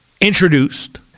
introduced